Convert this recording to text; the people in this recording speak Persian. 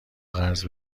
قرض